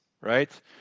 right